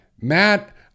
Matt